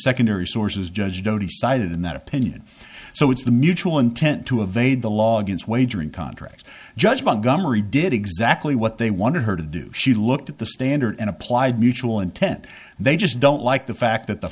secondary sources judge doty cited in that opinion so it's the mutual intent to evade the law against wagering contracts just montgomery did exactly what they wanted her to do she looked at the standard and applied mutual intent they just don't like the fact that the